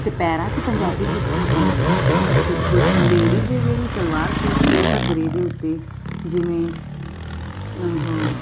ਅਤੇ ਪੈਰਾਂ 'ਚ ਪੰਜਾਬੀ ਜੁੱਤੀ ਪਾਉਂਦੇ ਆ ਅਤੇ ਬੁ ਲੇਡੀਜ਼ ਜਿਹੜੀ ਸਲਵਾਰ ਸੂਟ ਅਤੇ ਘੱਗਰੇ ਦੇ ਉੱਤੇ ਜਿਵੇਂ ਉਹ